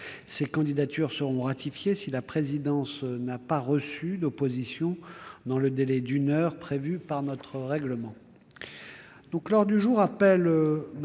Ces candidatures seront ratifiées si la présidence n'a pas reçu d'opposition dans le délai d'une heure prévu par notre règlement.